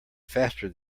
faster